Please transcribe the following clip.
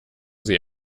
sie